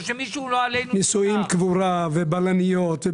נישואים, קבורה, בלניות.